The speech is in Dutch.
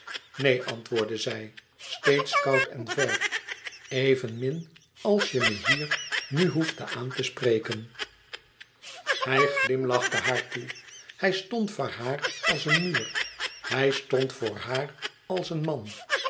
neen antwoordde zij steeds koud en ver evenmin als je me nu hoefde aan te spreken hij glimlachte haar toe hij stond voor haar als een muur hij stond voor haar als een man